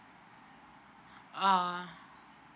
ah